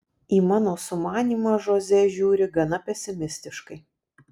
į mano sumanymą žoze žiūri gana pesimistiškai